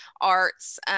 arts